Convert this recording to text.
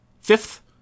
fifth